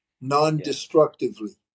non-destructively